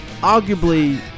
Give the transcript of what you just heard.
arguably